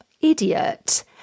idiot